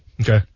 Okay